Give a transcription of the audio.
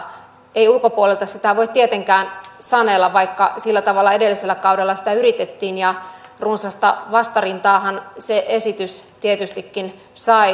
ei ulkopuolelta sitä voi tietenkään sanella vaikka sillä tavalla edellisellä kaudella sitä yritettiin ja runsasta vastarintaahan se esitys tietystikin sai